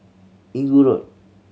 Inggu Road